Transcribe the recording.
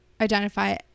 identify